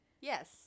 Yes